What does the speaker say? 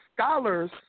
Scholars